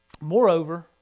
Moreover